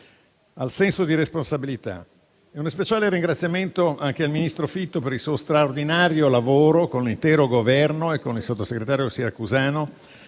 al senso di responsabilità. Un'espressione di ringraziamento va anche al ministro Fitto, per il suo straordinario lavoro, con l'intero Governo e con il sottosegretario Siracusano,